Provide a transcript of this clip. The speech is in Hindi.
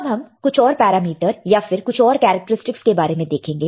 अब हम कुछ और पैरामीटर या फिर कुछ और कैरेक्टरस्टिक्स के बारे में देखेंगे